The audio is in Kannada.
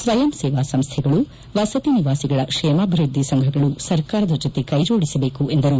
ಸ್ವಯಂ ಸೇವಾ ಸಂಸ್ಥೆಗಳು ವಸತಿ ನಿವಾಸಿಗಳ ಕ್ಷೇಮಾಭಿವೃದ್ಧಿ ಸಂಘಗಳು ಸರ್ಕಾರದ ಜೊತೆ ಕೈಜೋಡಿಸಬೇಕು ಎಂದರು